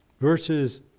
verses